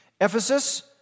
Ephesus